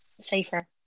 safer